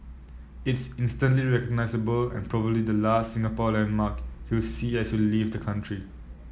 it's instantly recognisable and probably the last Singapore landmark you'll see as you leave the country